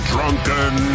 Drunken